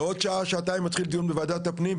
בעוד שעה-שעתיים מתחיל דיון בוועדת הפנים,